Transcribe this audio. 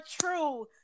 true